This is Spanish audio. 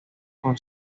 con